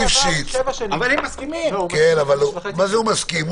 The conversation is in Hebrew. ליפשיץ, בבקשה, מה זה הוא מסכים?